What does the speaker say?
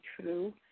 true